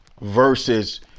versus